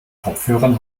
kopfhörern